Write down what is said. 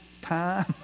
time